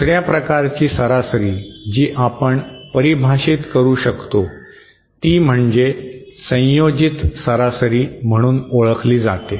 दुसर्या प्रकारची सरासरी जी आपण परिभाषित करू शकतो ती म्हणजे संयोजित सरासरी म्हणून ओळखली जाते